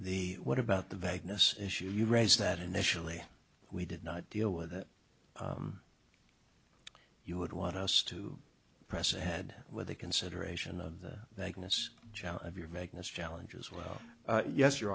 the what about the vagueness issue you raised that initially we did not deal with it you would want us to press ahead with a consideration of thanking us if you're making us challenges well yes you